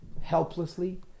helplessly